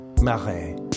Marais